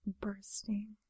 bursting